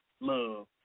love